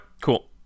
cool